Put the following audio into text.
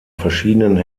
verschiedenen